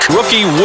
Rookie